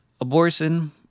Abortion